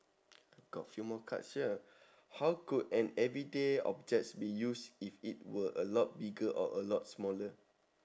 got few more cards here how could an everyday objects be use if it were a lot bigger or a lot smaller